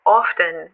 often